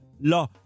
la